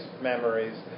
memories